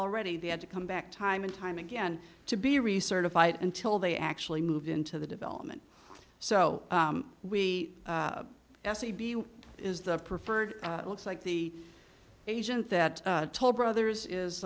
already they had to come back time and time again to be recertified until they actually moved into the development so we se b is the preferred looks like the agent that toll brothers is